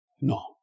No